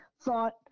thought